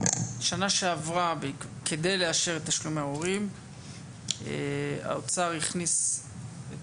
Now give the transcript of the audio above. שנה שעברה כדי לאשר את תשלומי ההורים האוצר הכניס את